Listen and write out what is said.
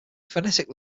phonetic